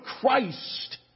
Christ